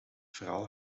verhaal